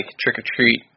trick-or-treat